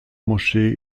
moschee